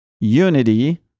unity